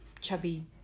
chubby